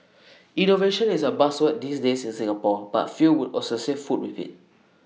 innovation is A buzzword these days in Singapore but few would associate food with IT